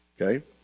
okay